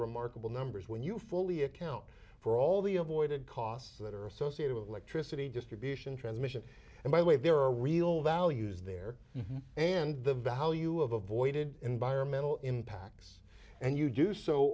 remarkable numbers when you fully account for all the avoided costs that are associated with electricity distribution transmission and my way there are real values there and the value of avoided environmental impacts and you do so